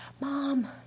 Mom